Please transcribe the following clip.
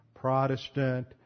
protestant